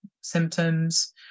symptoms